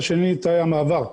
והשני זה תאי המעבר.